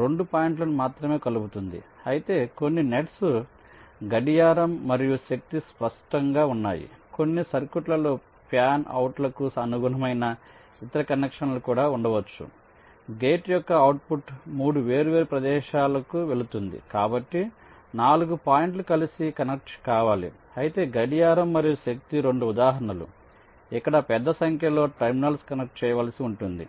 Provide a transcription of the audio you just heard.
2 పాయింట్లను మాత్రమే కలుపుతుంది అయితే కొన్ని నెట్స్ గడియారం మరియు శక్తి స్పష్టంగా ఉన్నాయి కొన్ని సర్క్యూట్లలో ఫ్యాన్ అవుట్లకు అనుగుణమైన ఇతర కనెక్షన్లు కూడా ఉండవచ్చు గేట్ యొక్క అవుట్పుట్ 3 వేర్వేరు ప్రదేశాలకు వెళుతుంది కాబట్టి 4 పాయింట్లు కలిసి కనెక్ట్ కావాలి అయితే గడియారం మరియు శక్తి 2 ఉదాహరణలు ఇక్కడ పెద్ద సంఖ్యలో టెర్మినల్స్ కనెక్ట్ చేయవలసి ఉంటుంది